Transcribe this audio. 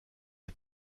est